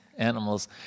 animals